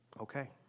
okay